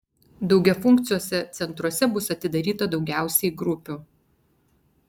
daugiafunkciuose centruose bus atidaryta daugiausiai grupių